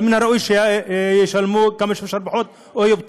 מן הראוי שישלמו כמה שאפשר פחות או יהיו פטורים.